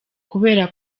kubera